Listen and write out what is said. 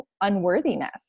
unworthiness